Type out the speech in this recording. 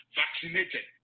vaccinated